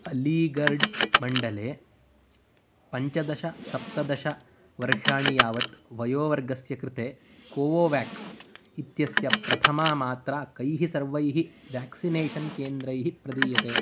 अलीगर्ड् मण्डले पञ्चदश सप्तदश वर्षाणि यावत् वयोवर्गस्य कृते कोवो वेक्स् इत्यस्य प्रथमा मात्रा कैः सर्वैः वेक्सिनेशन् केन्द्रैः प्रदीयते